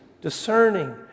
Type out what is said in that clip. discerning